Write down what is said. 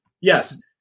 Yes